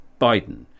Biden